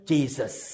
Jesus